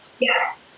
Yes